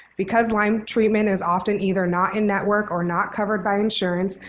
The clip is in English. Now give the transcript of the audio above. because lyme treatment is often either not in network or not covered by insurance,